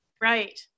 Right